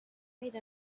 made